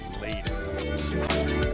later